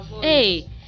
Hey